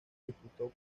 disputó